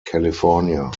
california